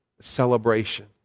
celebration